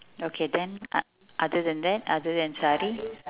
okay then o~ other than that other than sari